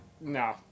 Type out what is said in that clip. no